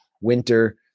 winter